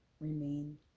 remain